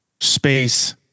space